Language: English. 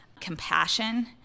compassion